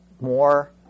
more